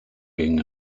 being